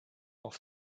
auf